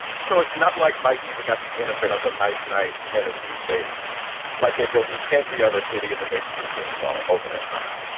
so it's not like mike even got the benefit of a nice night in a new stadium like they built in every other city in the major league baseball over that time.